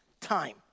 time